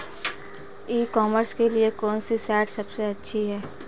ई commerce के लिए कौनसी साइट सबसे अच्छी है?